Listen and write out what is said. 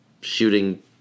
shooting